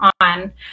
on